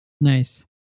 Nice